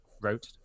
wrote